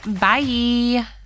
Bye